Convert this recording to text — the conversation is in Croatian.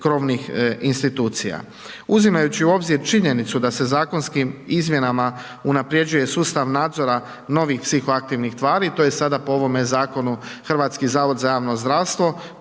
krovnih institucija. Uzimajući u obzir činjenicu da se zakonskim izmjenama unaprjeđuje sustavno nadzora novih psihoaktivnih tvari, to je sada po ovime zakonu, Hrvatski zavod za javno zdravstvo,